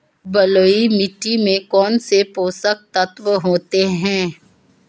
बलुई मिट्टी में कौनसे पोषक तत्व होते हैं?